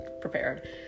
prepared